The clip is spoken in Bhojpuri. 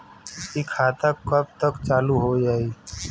इ खाता कब तक चालू हो जाई?